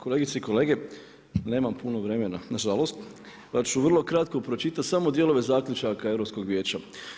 Kolegice i kolege, nema puno vremena nažalost, pa ću vrlo kratko pročitat samo dijelove zaključaka Europskog vijeća.